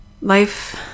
Life